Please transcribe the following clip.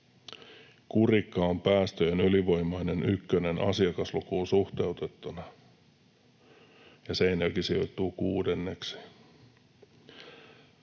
Kurikka on päästöjen ylivoimainen ykkönen asiakaslukuun suhteutettuna, ja Seinäjoki sijoittuu kuudenneksi.